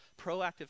Proactive